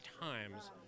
times